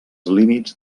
límits